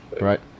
right